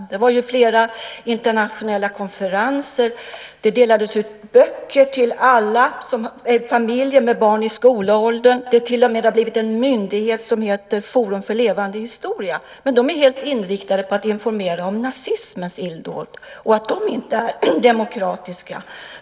Det genomfördes ju flera internationella konferenser, det delades ut böcker till alla familjer med barn i skolåldern och det har till och med inrättats en myndighet som heter Forum för levande historia. Allt detta är dock helt inriktat på att informera om nazismens illdåd och på att nazisterna inte är demokratiska.